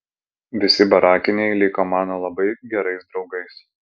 visi barakiniai liko mano labai gerais draugais